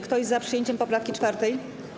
Kto jest za przyjęciem poprawki 4.